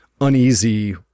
uneasy